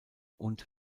und